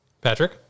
Patrick